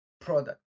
product